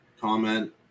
comment